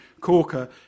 Corker